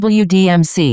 wdmc